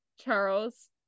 charles